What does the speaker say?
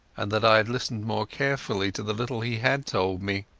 and that i had listened more carefully to the little he had told me.